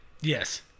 yes